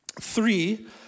Three